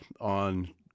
on